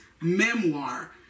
memoir